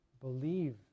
believe